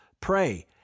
Pray